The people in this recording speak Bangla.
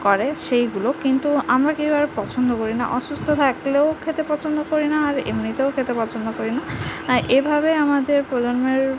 করে সেইগুলো কিন্তু আমরা কেউ আর পছন্দ করি না অসুস্থ থাকলেও খেতে পছন্দ করি না আর এমনিতেও খেতে পছন্দ করি না আর এভাবে আমাদের প্রজন্মের